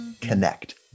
connect